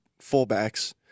fullbacks